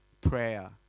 prayer